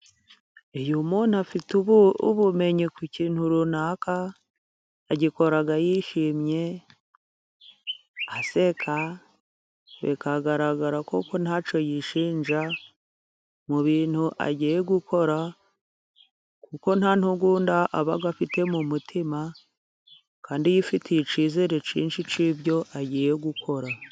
Iyo muntu afite ubumenyi ku kintu runaka agikora yishimye aseka, bikagaragara kuko ntacyo yishinja mu bintu agiye gukora kuko ntantugunda aba afite mu mutima, kandi yifitiye icyizere cyinshi cy' ibyo agiye gukora.